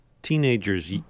Teenagers